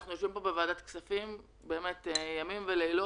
אנחנו יושבים פה בוועדת הכספים ימים ולילות,